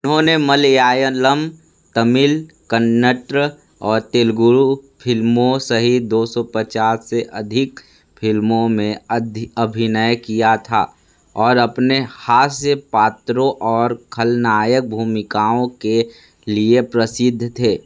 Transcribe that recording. उन्होंने मलयालम तमिल कन्नन और तेलगु फिल्मों सहित दो सौ पच्चास से अधिक फिल्मों में अभिनय किया था और अपने हास्य पात्रों और खलनायक भूमिकाओं के लिए प्रसिद्ध थे